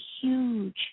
huge